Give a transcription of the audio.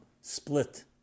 split